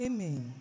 Amen